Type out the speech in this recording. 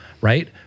right